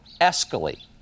escalate